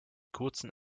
kurzen